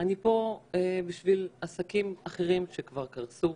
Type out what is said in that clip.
אני פה בשביל עסקים אחרים שכבר קרסו.